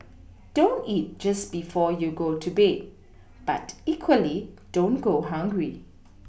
don't eat just before you go to bed but equally don't go hungry